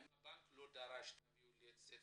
האם הבנק לא דרש "תביאו לי את זה"?